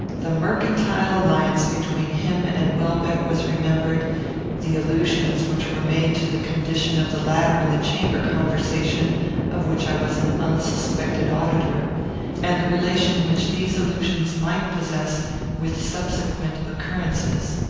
the mercantile alliance between him and welbeck was remembered the allusions which were made to the condition of the latter in the chamber-conversation of which i was an unsuspected auditor and the relation which these allusions might possess with subsequent occurrences.